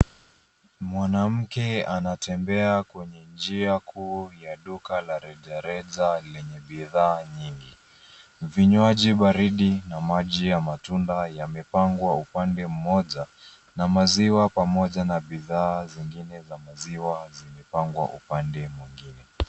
Mwanamke anatembea kwenye njia kuu ya duka la rejareja lenye bidhaa nyingi. Vinywaji baridi na maji ya matunda yamepangwa upande mmoja na maziwa pamoja na bidhaa zingine za maziwa zimepangwa upande mwingine.